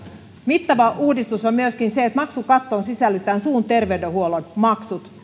mittava uudistus on myöskin se että maksukattoon sisällytetään suun terveydenhuollon maksut